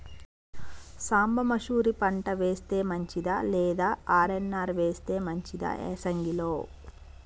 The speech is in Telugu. సాంబ మషూరి పంట వేస్తే మంచిదా లేదా ఆర్.ఎన్.ఆర్ వేస్తే మంచిదా యాసంగి లో?